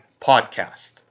podcast